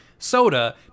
Soda